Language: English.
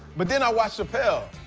but then i watch chappelle,